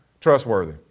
trustworthy